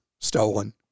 stolen